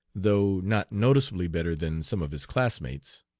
though not noticeably better than some of his classmates.